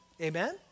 Amen